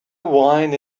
wine